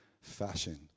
fashion